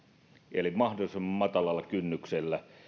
eli mahdollisimman matalalla kynnyksellä